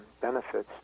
benefits